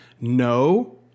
No